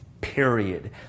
period